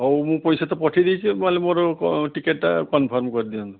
ହଉ ମୁଁ ପଇସା ତ ପଠେଇ ଦେଇଛି ବୋଲେ ମୋର ଟିକେଟ୍ଟା କନ୍ଫର୍ମ୍ କରିଦିଅନ୍ତୁ